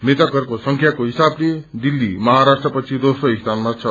मृतकहरूको संख्याको हिसाबले दिल्ली महाराष्ट्र पछि दोस्रो स्यानमा छ